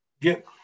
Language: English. get